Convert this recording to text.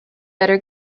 better